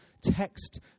text